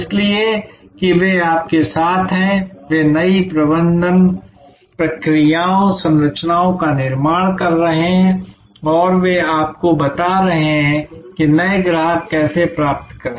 इसलिए कि वे आपके साथ हैं वे नई प्रबंधन प्रक्रियाओं संरचनाओं का निर्माण कर रहे हैं और वे आपको बता रहे हैं कि नए ग्राहक कैसे प्राप्त करें